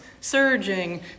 surging